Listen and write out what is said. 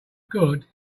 good